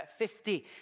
50